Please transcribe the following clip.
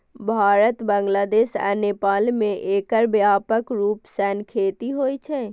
भारत, बांग्लादेश आ नेपाल मे एकर व्यापक रूप सं खेती होइ छै